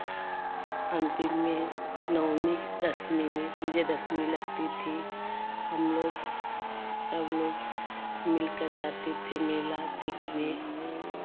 अंतिम में नवमी दशवीं में विजयदशमी लगती थी हम लोग सब लोग मिलकर जाते थे मेला देखने